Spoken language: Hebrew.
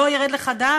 לא ירד לך דם?